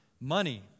money